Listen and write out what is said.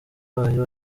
bayo